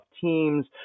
Teams